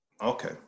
Okay